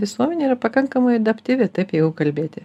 visuomenė yra pakankamai adaptyvi taip jeigu kalbėti